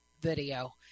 video